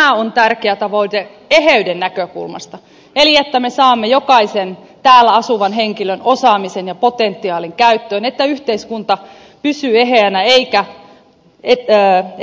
tämä on tärkeä tavoite eheyden näkökulmasta se että me saamme jokaisen täällä asuvan henkilön osaamisen ja potentiaalin käyttöön että yhteiskunta pysyy eheänä eikä